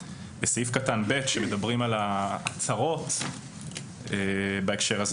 בסעיף קטן (ב) כאשר מדברים על ההצהרות בהקשר הזה,